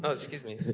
ah excuse me.